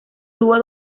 tuvo